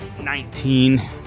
Nineteen